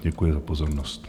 Děkuji za pozornost.